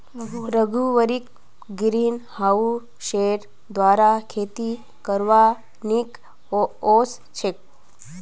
रघुवीरक ग्रीनहाउसेर द्वारा खेती करवा नइ ओस छेक